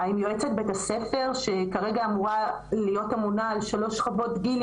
האם יועצת בית הספר שכרגע אמורה להיות אמונה על שלוש שכבות גיל,